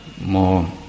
more